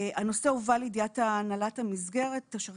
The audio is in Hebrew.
הנושא הובא לידיעת הנהלת המסגרת אשר